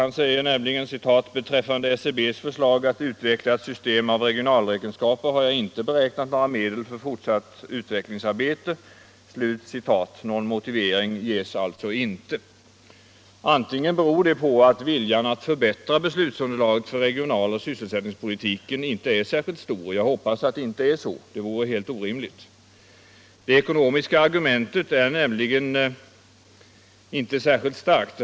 Han säger: ”Beträffande SCB:s förslag att utveckla ett system av regionalräkenskaper har jag inte beräknat några medel för fortsatt utvecklingsarbete.” Någon motivering ges alltså inte. Det kan bero på att viljan att förbättra — Nr 84 beslutsunderlaget för regionaloch sysselsättningspolitiken inte är särskilt Onsdagen den stor, men jag hoppas att det inte är så. Det ekonomiska argumentet 17 mars 1976 är nämligen inte särskilt starkt.